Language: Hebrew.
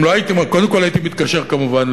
קודם כול הייתי מתקשר כמובן,